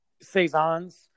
saisons